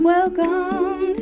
Welcome